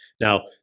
Now